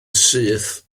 syth